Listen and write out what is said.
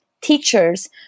teachers